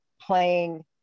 playing